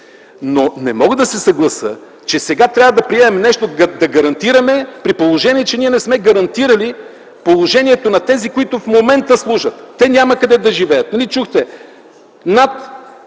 Не мога да се съглася, че сега трябва да приемем да гарантираме нещо, при положение, че не сме гарантирали положението на тези, които служат в момента. Те няма къде да живеят. Нали чухте –